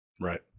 Right